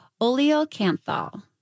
oleocanthal